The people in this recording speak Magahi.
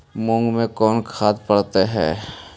मुंग मे कोन खाद पड़तै है?